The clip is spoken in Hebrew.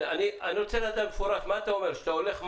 אני רוצה לדעת במפורש מה אתה הולך לעשות.